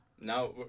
Now